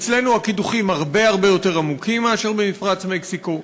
אצלנו הקידוחים הרבה הרבה יותר עמוקים מאשר במפרץ מקסיקו.